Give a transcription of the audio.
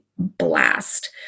blast